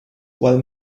while